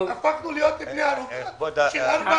הפכנו להיות בני ערובה של ארבע